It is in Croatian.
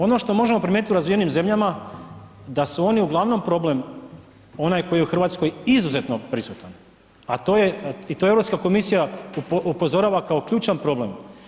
Ono što možemo primijetiti u razvijenim zemljama da su oni uglavnom problem onaj koji je u Hrvatskoj izuzetno prisutan, a to je i to Europska komisija upozorava kao ključan problem.